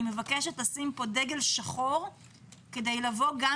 אני מבקשת להציב פה דגל שחור כדי לבוא עם